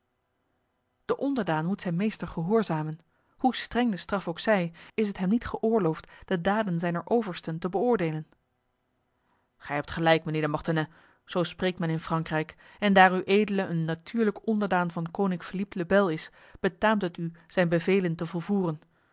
de onderdaan moet zijn meester gehoorzamen hoe streng de straf ook zij is het hem niet geoorloofd de daden zijner oversten te beoordelen gij hebt gelijk mijnheer de mortenay zo spreekt men in frankrijk en daar uedele een natuurlijk onderdaan van de koning philippe le bel is betaamt het u zijn bevelen te volvoeren